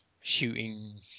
shooting